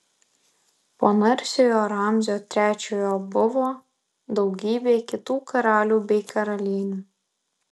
po narsiojo ramzio trečiojo buvo daugybė kitų karalių bei karalienių